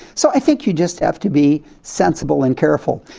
so i think you just have to be sensible and careful.